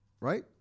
right